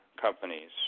companies